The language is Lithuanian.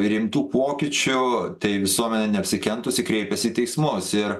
rimtų pokyčių tai visuomenė neapsikentusi kreipėsi į teismus ir